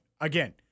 again